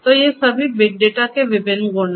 तो ये सभी बिग डेटा के विभिन्न गुण हैं